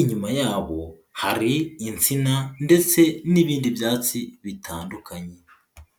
Inyuma yabo hari insina ndetse n'ibindi byatsi bitandukanye.